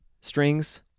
strings